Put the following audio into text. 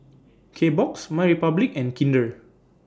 Kbox MyRepublic and Kinder